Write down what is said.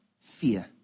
fear